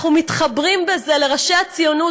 אנחנו מתחברים בזה לראשי הציונות,